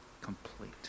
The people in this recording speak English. complete